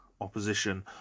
opposition